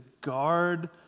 guard